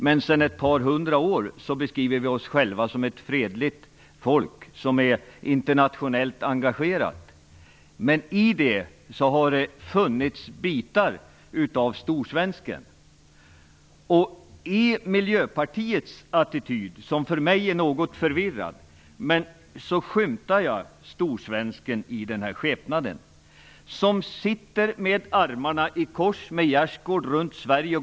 Men sedan ett par hundra år beskriver vi svenskar oss som ett fredligt folk som är internationellt engagerat. Men bitar av storsvensken har stannat kvar. I Miljöpartiets attityd, som för mig är något förvirrad, skymtar jag skepnaden av storsvensken. Han sitter med armarna i kors och har en gärdsgård runt Sverige.